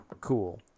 cool